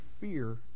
fear